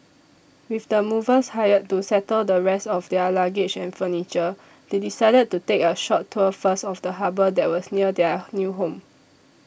with the movers hired to settle the rest of their luggage and furniture they decided to take a short tour first of the harbour that was near their new home